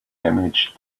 image